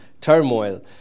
turmoil